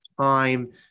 time